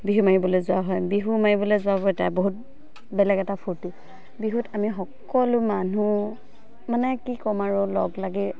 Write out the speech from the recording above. বিহু মাৰিবলৈ যোৱা হয় বিহু মাৰিবলৈ যোৱাও এটা বহুত বেলেগ এটা ফূৰ্তি বিহুত আমি সকলো মানুহ মানে কি ক'ম আৰু লগ লাগি